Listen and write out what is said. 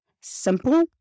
simple